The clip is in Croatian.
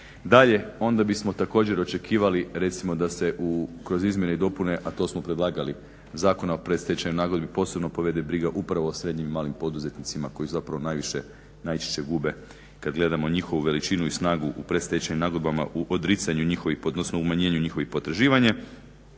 Dalje, onda bismo također očekivali recimo da se kroz izmjene i dopune, a to smo predlagali Zakona o predstečajnoj nagodbi posebno povede briga upravo o srednjim i malim poduzetnicima koji najčešće najviše gube kada gledamo njihovu veličinu i snagu u predstečajnim nagodbama u odricanju njihovih odnosno umanjenju njihovih potraživanja.